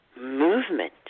movement